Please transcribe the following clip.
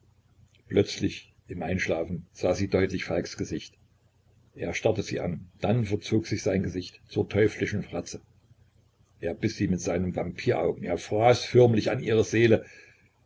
plötzlich im einschlafen sah sie deutlich falks gesicht er starrte sie an dann verzog sich sein gesicht zur teuflischen fratze er biß sie mit seinen vampiraugen er fraß förmlich an ihrer seele